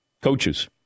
coaches